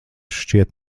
šķiet